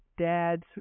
dad's